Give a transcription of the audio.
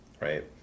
Right